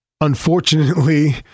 unfortunately